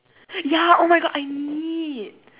ya oh my god I need